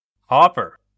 Hopper